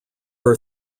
are